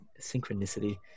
Synchronicity